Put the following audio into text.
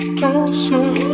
closer